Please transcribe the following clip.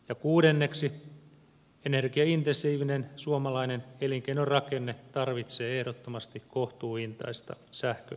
ja kuudenneksi energiaintensiivinen suomalainen elinkeinorakenne tarvitsee ehdottomasti kohtuuhintaista sähköenergiaa